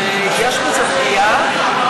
יש בזה פגיעה,